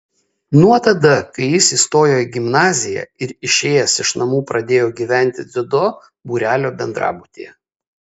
nuo tada kai jis įstojo į gimnaziją ir išėjęs iš namų pradėjo gyventi dziudo būrelio bendrabutyje